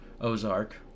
ozark